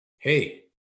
hey